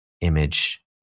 image